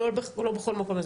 לא בכל מקום,